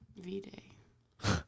V-Day